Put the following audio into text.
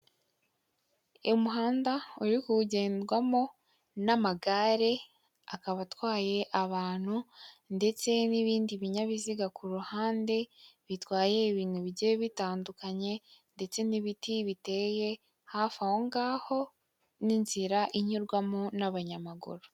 Umuhanda uri kugendwamo n'amagare akaba atwaye abantu ndetse n'ibindi binyabiziga ku ruhande, bitwaye ibintu bijye bitandukanye ndetse n'ibiti biteye hafi aho ngaho n'inzira inyurwamo n'abanyamaguru.